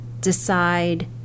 decide